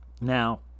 now